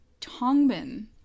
Tongbin